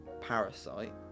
Parasite